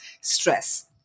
stress